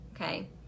okay